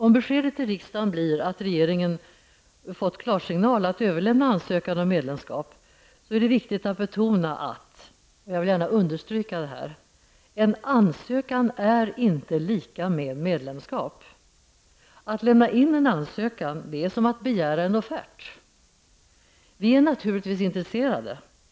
Om beskedet till riksdagen blir att regeringen har fått klarsignal om att överlämna en ansökan om medlemskap, är det viktigt att betona -- det vill jag gärna understryka -- att en ansökan inte är lika med medlemskap. Att lämna in en ansökan är som att begära en offert. Vi är naturligtvis intresserade.